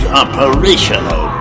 operational